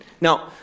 Now